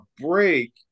break